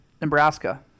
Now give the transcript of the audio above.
Nebraska